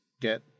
get